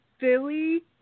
Philly